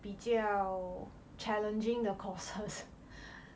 比较 challenging the courses